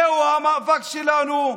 זהו המאבק שלנו,